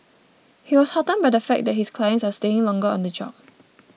he was heartened by the fact that his clients are staying longer on the job